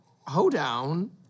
hoedown